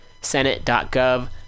senate.gov